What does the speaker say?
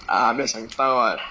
ah 没有想到 [what]